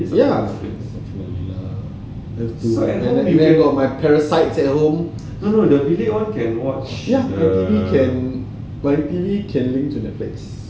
ya have to lah have to I got my parasites at home ya ya you can the T_V can link to Netflix